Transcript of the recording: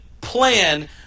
plan